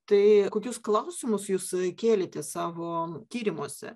tai kokius klausimus jūs kėlėte savo tyrimuose